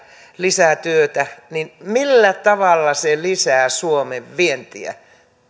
lisää työtä niin millä tavalla se lisää suomen vientiä